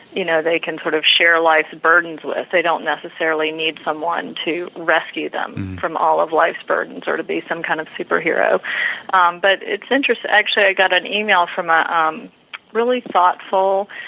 you know, they can sort of share life burdens with, they don't necessarily need someone to rescue them from all of life burden sort of to be some kind of superhero um but it's interesting actually i've got an email from a um really thoughtful